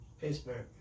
Pittsburgh